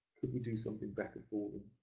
could we do something better for them?